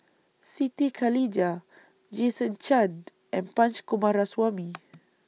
Siti Khalijah Jason Chan and Punch Coomaraswamy